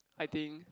I think